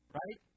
right